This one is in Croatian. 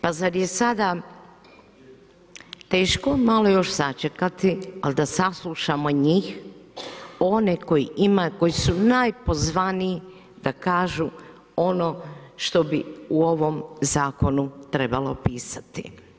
Pa zar je sada teško još malo sačekati, ali da saslušamo njih one koji su najpozvaniji da kažu ono što bi u ovom zakonu trebalo pisati?